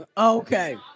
Okay